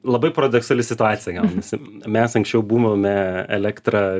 labai paradoksali situacija gaunasi mes anksčiau buvome elektrą